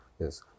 Yes